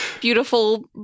beautiful